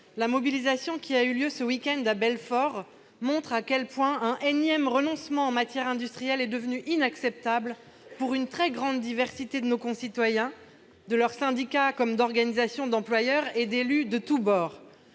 la mobilisation qui a eu lieu ce week-end à Belfort montre à quel point un énième renoncement en matière industrielle est devenu inacceptable pour une très grande diversité de nos concitoyens, les syndicats des salariés, les organisations d'employeurs, ainsi que les élus de tous bords